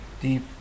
deep